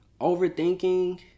Overthinking